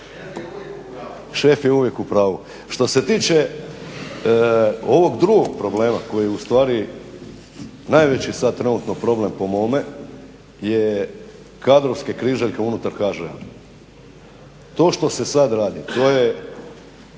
Šef je uvijek u pravu. Što se tiče ovog drugog problema koji je ustvari najveći sad trenutno problem, po mome, je kadrovske križaljke unutar HŽ-a. To što se sad radi to je